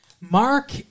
Mark